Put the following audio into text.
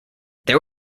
there